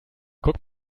guck